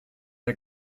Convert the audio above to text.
der